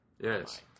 Yes